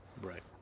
Right